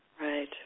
Right